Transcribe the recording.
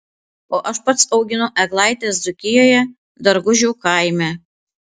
o aš pats auginu eglaites dzūkijoje dargužių kaime